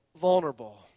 vulnerable